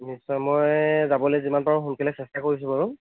নিশ্চয় মই যাবলৈ যিমান পাৰো সোনকালে চেষ্টা কৰিছোঁ বাৰু